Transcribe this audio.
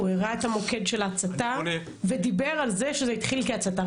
הוא הראה את המוקד של ההצתה ודיבר על זה שזה התחיל כהצתה.